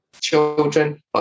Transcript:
children